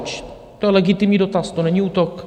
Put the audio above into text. To je legitimní dotaz, to není útok.